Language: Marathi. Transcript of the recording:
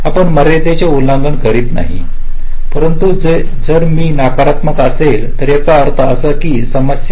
आपण मर्यादेचा उल्लंघन करीत नाही परंतु जर ती नकारात्मक असेल तर याचा अर्थ असा की समस्या आहे